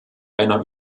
einer